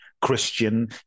Christian